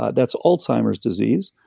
ah that's alzheimer's disease,